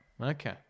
Okay